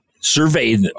surveyed